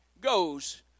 goes